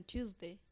Tuesday